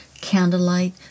candlelight